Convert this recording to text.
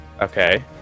Okay